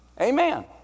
Amen